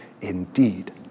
indeed